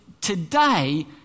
today